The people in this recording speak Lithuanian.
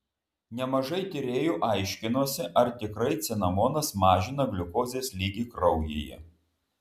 nemažai tyrėjų aiškinosi ar tikrai cinamonas mažina gliukozės lygį kraujyje